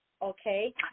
okay